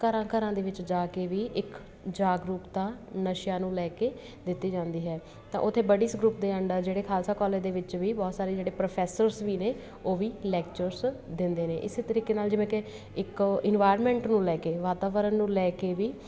ਘਰਾਂ ਘਰਾਂ ਦੇ ਵਿੱਚ ਜਾ ਕੇ ਵੀ ਇੱਕ ਜਾਗਰੂਕਤਾ ਨਸ਼ਿਆਂ ਨੂੰ ਲੈ ਕੇ ਦਿੱਤੀ ਜਾਂਦੀ ਹੈ ਤਾਂ ਉੱਥੇ ਬੱਡੀਸ ਗਰੁੱਪ ਦੇ ਅੰਡਰ ਜਿਹੜੇ ਖਾਲਸਾ ਕੋਲੇਜ ਦੇ ਵਿੱਚ ਵੀ ਬਹੁਤ ਸਾਰੇ ਜਿਹੜੇ ਪ੍ਰੋਫੈਸਰਸ ਵੀ ਨੇ ਉਹ ਵੀ ਲੈਕਚਰਸ ਦਿੰਦੇ ਨੇ ਇਸੇ ਤਰੀਕੇ ਨਾਲ ਜਿਵੇਂ ਕਿ ਇੱਕ ਇਨਵਾਇਰਮੈਂਟ ਨੂੰ ਲੈ ਕੇ ਵਾਤਾਵਰਨ ਨੂੰ ਲੈ ਕੇ ਵੀ